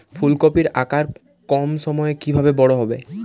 ফুলকপির আকার কম সময়ে কিভাবে বড় হবে?